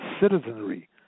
citizenry